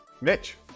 Mitch